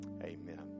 Amen